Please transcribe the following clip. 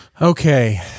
Okay